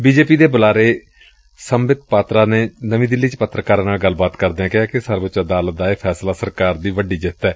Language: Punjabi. ਬੀ ਜੇ ਪੀ ਦੇ ਬੁਲਾਰੇ ਸੰਬਿਤ ਪਾਤਰਾ ਨੇ ਨਵੀਂ ਦਿੱਲੀ ਚ ਪੱਤਰਕਾਰਾਂ ਨਾਲ ਗੱਲਬਾਤ ਕਰਦਿਆਂ ਕਿਹਾ ਕਿ ਸਰਵਉੱਚ ਅਦਾਲਤ ਦਾ ਫੈਸਲਾ ਸਰਕਾਰ ਦੀ ਵੱਡੀ ਜਿੱਤ ਏ